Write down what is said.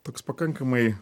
toks pakankamai